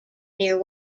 near